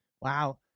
Wow